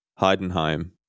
Heidenheim